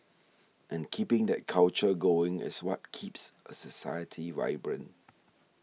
and keeping that culture going is what keeps a society vibrant